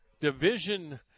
Division